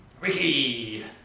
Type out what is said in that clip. Ricky